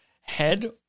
head